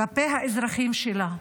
כלפי האזרחים שלה.